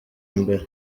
imbere